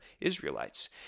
Israelites